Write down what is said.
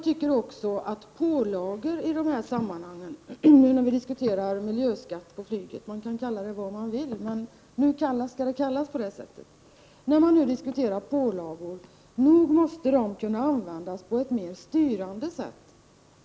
När vi nu diskuterar pålagor — man kan kalla det vad man vill, men nu kallas det miljöskatt på flygtrafiken — menar jag att de borde kunna användas på ett mer styrande sätt.